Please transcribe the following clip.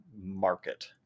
market